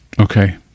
Okay